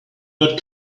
not